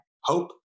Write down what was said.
hope